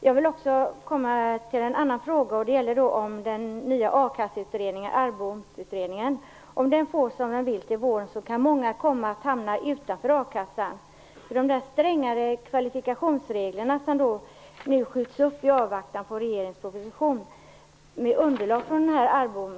Jag vill också ta upp en annan fråga, och den gäller den nya a-kasseutredningen, ARBOM utredningen. Om den får som den vill till våren kan många komma att hamna utanför a-kassan på grund av de strängare kvalifikationsregler som nu skjuts upp i avvaktan på regeringens proposition med underlag från ARBOM-utredningen.